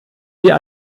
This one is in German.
wir